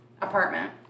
apartment